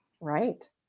Right